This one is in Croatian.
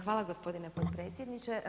Hvala gospodine potpredsjedniče.